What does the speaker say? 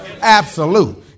Absolute